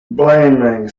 blaming